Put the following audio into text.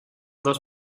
dos